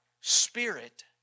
spirit